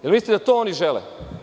Da li mislite da to oni žele?